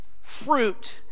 fruit